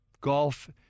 golf